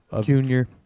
Junior